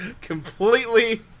completely